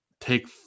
take